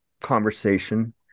conversation